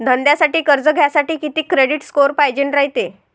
धंद्यासाठी कर्ज घ्यासाठी कितीक क्रेडिट स्कोर पायजेन रायते?